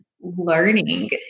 learning